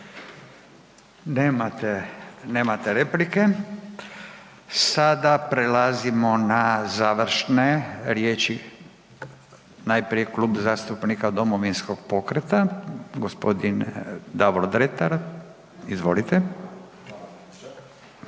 Nemate replike. Sada prelazimo na završne riječi, najprije Klub zastupnika Domovinskog pokreta gospodin Davor Dretar. Izvolite.